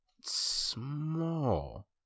small